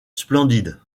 splendide